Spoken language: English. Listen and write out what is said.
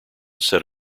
set